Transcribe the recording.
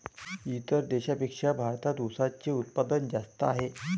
इतर देशांपेक्षा भारतात उसाचे उत्पादन जास्त आहे